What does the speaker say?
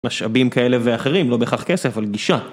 משאבים כאלה ואחרים, לא בהכרך כסף, אבל גישה.